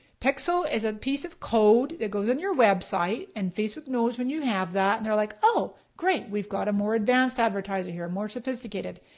pixel is a piece of code that goes on your website and facebook knows when you have that, and they're like, oh, great, we've got a more advanced advertiser here, more sophisticated.